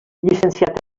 llicenciat